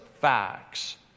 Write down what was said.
facts